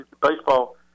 baseball